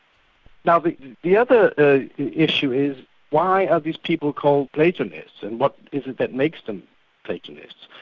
now the the other ah issue is why are these people called platonists, and what is it that makes them platonists.